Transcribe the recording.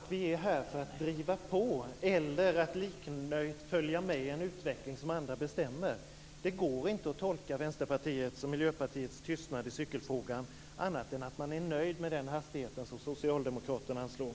Herr talman! Det är ju annars så att vi är här för att driva på eller för att liknöjt följa med i en utveckling som andra bestämmer. Det går inte att tolka Vänsterpartiets och Miljöpartiets tystnad i cykelfrågan på annat sätt än att man är nöjd med den hastighet som Socialdemokraterna håller.